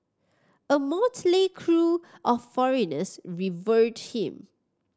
a motley crew of foreigners revered him